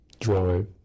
drive